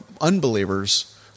unbelievers